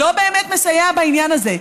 לא באמת מסייע בעניין הזה.